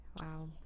Wow